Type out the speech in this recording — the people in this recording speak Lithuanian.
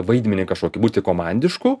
vaidmenį kažkokį būti komandišku